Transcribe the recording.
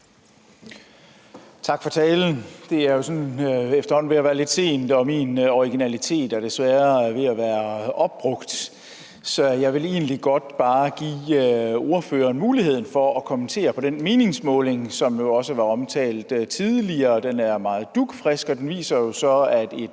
Tak for talen. Det er efterhånden ved at være lidt sent, og min originalitet er desværre ved at være opbrugt, så jeg vil bare godt give ordføreren mulighed for at kommentere den meningsmåling, som også var omtalt tidligere. Den er meget dugfrisk, og den viser så, at et